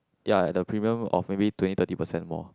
ya at the premium of maybe twenty thirty percent more